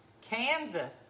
Kansas